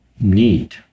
need